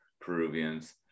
Peruvians